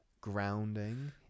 grounding